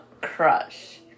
crush